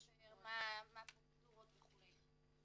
בתי ספר, מה הפרוצדורות וכולי.